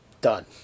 done